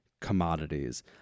commodities